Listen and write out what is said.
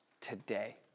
today